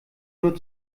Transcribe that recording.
nur